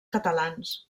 catalans